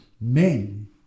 men